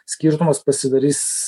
skirtumas pasidarys